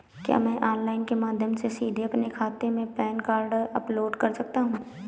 क्या मैं ऑनलाइन के माध्यम से सीधे अपने खाते में पैन कार्ड अपलोड कर सकता हूँ?